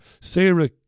Sarah